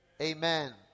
Amen